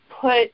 put